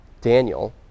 Daniel